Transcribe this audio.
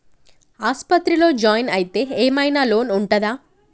ఆస్పత్రి లో జాయిన్ అయితే ఏం ఐనా లోన్ ఉంటదా?